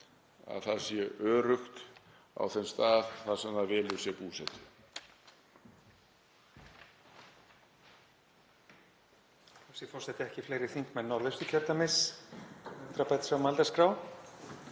að það sé öruggt á þeim stað þar sem það velur sér búsetu.